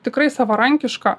tikrai savarankiška